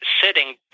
sitting